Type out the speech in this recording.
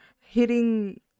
hitting